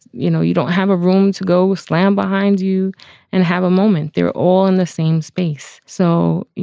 you know, you don't have a room to go slam behind you and have a moment. they're all in the same space. so, you